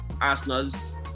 Arsenal's